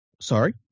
Sorry